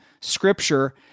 Scripture